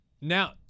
now